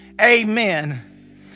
amen